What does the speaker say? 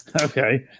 okay